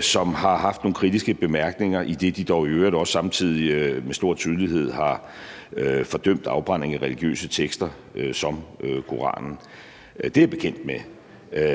som har haft nogle kritiske bemærkninger, idet de dog i øvrigt også samtidig med stor tydelighed har fordømt afbrænding af religiøse tekster som Koranen. Det er jeg bekendt med.